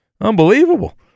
Unbelievable